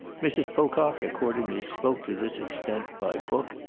mrs. pocock accordingly spoke to this extent by book,